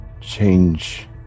change